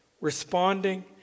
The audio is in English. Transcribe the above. responding